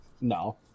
No